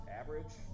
average